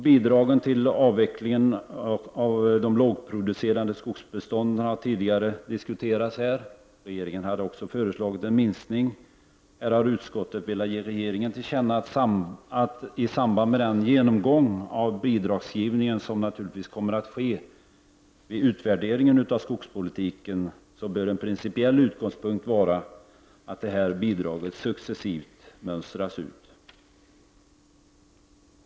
Bidragen till avveckling av lågproducerande skogsbestånd har här tidigare diskuterats. Regeringen hade också föreslagit en minskning. Här vill utskottet att riksdagen skall ge regeringen till känna att i samband med den genomgång av bidragsgivningen som naturligtvis kommer att ske vid utvärderingen av skogspolitiken, bör en principiell utgångspunkt vara att detta bidrag successivt mönstras ut.